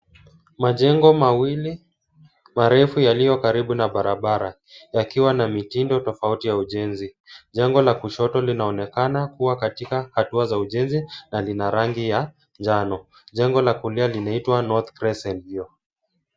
Majengo mawili marefu yaliyo karibu na barabara yakiwa na mitindo tofauti ya ujenzi. Jengo la kushoto linaonekana kuwa katika hatua za ujenzi na lina rangi ya njano. Jengo la kulia linaitwa North Crescent View.